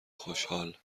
خوشحال